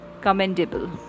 commendable